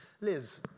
Liz